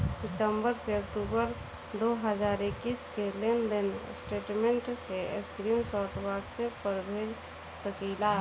सितंबर से अक्टूबर दो हज़ार इक्कीस के लेनदेन स्टेटमेंट के स्क्रीनशाट व्हाट्सएप पर भेज सकीला?